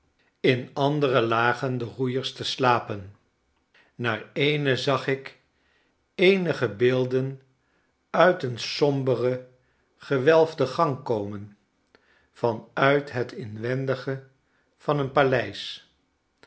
in anderelagen de roeiers te slapen naar eene zag ik eenige beelden uit een sombere gewelfde gang komen van uit het inwendige van een paleis